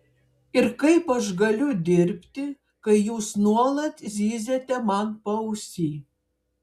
ir kaip aš galiu dirbti kai jūs nuolat zyziate man paausy